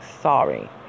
Sorry